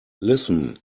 listen